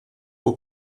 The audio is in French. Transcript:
aux